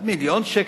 מיליון שקל.